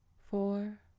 four